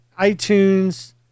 iTunes